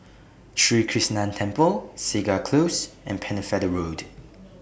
Sri Krishnan Temple Segar Close and Pennefather Road